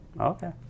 Okay